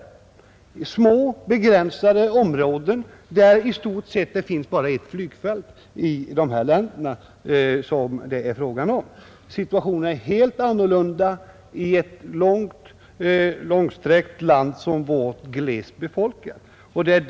Dessa länder utgör små och begränsade områden, där det i stort sett finns bara ett flygfält. Situationen är helt annorlunda i ett långsträckt och glest befolkat land som vårt.